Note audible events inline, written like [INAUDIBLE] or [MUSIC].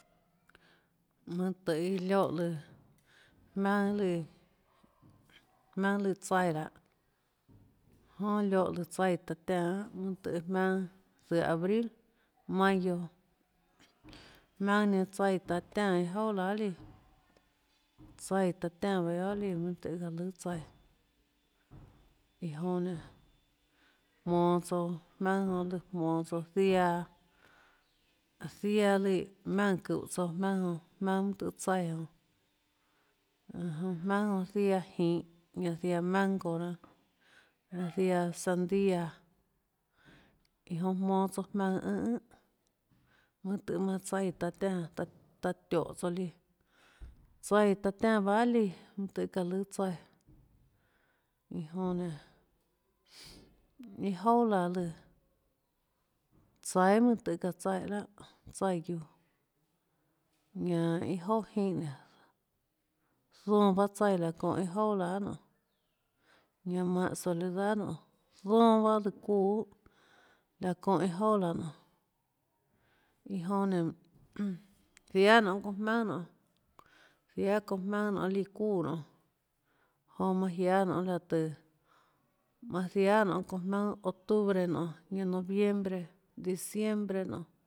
Mønâ øhê lioè lùã jmaønâ lùã jmaønâ lùã tsaíã lahâ jonà lùã lioè lùã tsaíã taã tiánãan tøhê jmaønâ zøhå abril mayo jmaønâ nenã tsaíã taã tiánã iâ jouà manâ jahà líã tsaíã taã tiánã bahâ guiohà líã iã çaã lùâ tsaíã iã jonã nénå jmonå tsouã jmaønâ jonã lùã jmonå tsouã ziaã ziaã lù maùnã çúhå tsouã jmaønâ jonã jmaønâ mønâ tøhê tsaíãjonã jonã jmaønâ jonã ziaã jinhå ñanã ziaã mango jnanâ ñanã ziaã sandía iã jonã jmonå tsouã jmaønã ùnhãn mønâ tøhê manã tsaíã taã tiánãan taã tionhâ tsouã líã tsaíã taã tiánã baâ guiohà líã mønâ tøhê çaã lùã tsaíà iã jonã nén iâ jouà laã lùã tsaíâ mønâ tøhê çaã tsaiè láhà tsaíã líã ñanã iâ jouà jínhã nénå zona pahâ tsaíã laãçónhã iã jouà laã nonê ñanã mánhã soledad noê zona baâ çuúã laã çónhã iâ jouà laã nonê iã jonã nénå [NOISE] jiáâ çounã jmaønâ nonê jiáâ çounã jmaønâ líã çuúã nonê jonã manã jiáâ nonê laã tùå manã jiáâ nonê çounã jmaønâ octubre nonê ñanã noviembre diciembre nonê